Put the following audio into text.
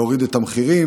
להוריד את המחירים.